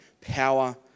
power